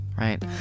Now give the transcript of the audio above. Right